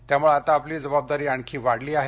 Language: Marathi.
त्यामुळे आता आपली जबाबदारी आणखी वाढली आहे